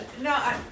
No